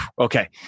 Okay